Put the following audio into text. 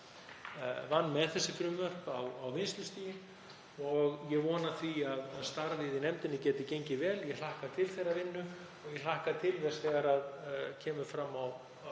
vann með þessi frumvörp á vinnslustigi og ég vona því að starfið í nefndinni geti gengið vel. Ég hlakka til þeirrar vinnu og ég hlakka til þess þegar kemur fram á